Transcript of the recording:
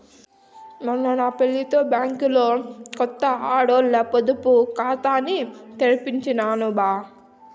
మొన్న నా పెళ్లితో బ్యాంకిలో కొత్త ఆడోల్ల పొదుపు కాతాని తెరిపించినాను బా